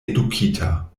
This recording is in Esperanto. edukita